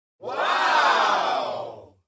Wow